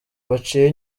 baciwe